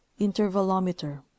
Intervalometer